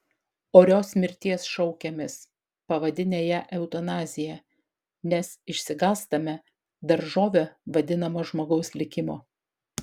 orios mirties šaukiamės pavadinę ją eutanazija nes išsigąstame daržove vadinamo žmogaus likimo